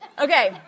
Okay